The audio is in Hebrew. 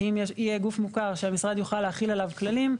כי אם יהיה גוף מוכר שהמשרד יוכל להחיל עליו כללים,